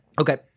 Okay